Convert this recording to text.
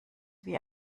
wie